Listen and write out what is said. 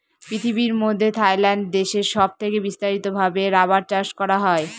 পৃথিবীর মধ্যে থাইল্যান্ড দেশে সব থেকে বিস্তারিত ভাবে রাবার চাষ করা হয়